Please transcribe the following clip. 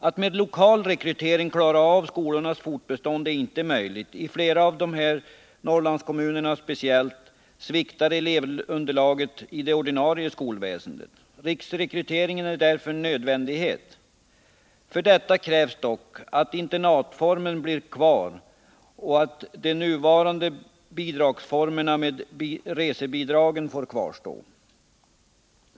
Att med lokal rekrytering klara skolornas fortbestånd är inte möjligt. I speciellt flera av Norrlandskommunerna sviktar elevunderlaget i det ordinarie skolväsendet. Riksrekryteringen är därför en nödvändighet. För detta krävs dock att internatformen bibehålls och att det nuvarande bidragssystemet med resebidrag får kvarstå.